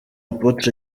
apotre